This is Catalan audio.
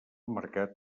mercat